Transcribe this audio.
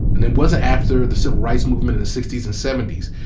and it wasn't after the civil rights movement in the sixties and seventies?